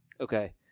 Okay